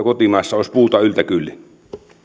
kotimaassa olisi puuta yltä kyllin